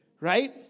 right